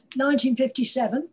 1957